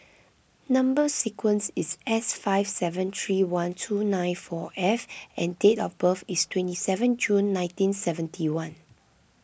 Number Sequence is S five seven three one two nine four F and date of birth is twenty seven June nineteen seventy one